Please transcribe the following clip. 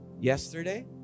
yesterday